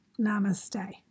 Namaste